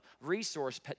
resource